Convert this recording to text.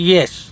Yes